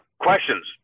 questions